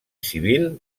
civil